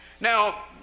Now